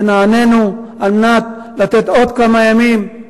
ונענינו, כדי לתת עוד כמה ימים,